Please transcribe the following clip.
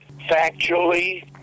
factually